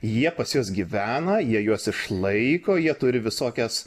jie pas juos gyvena jie juos išlaiko jie turi visokias